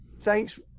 thanks